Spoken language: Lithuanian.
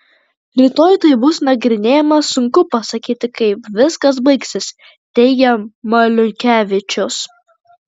rytoj tai bus nagrinėjama sunku pasakyti kaip viskas baigsis teigia maliukevičius